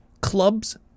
Clubs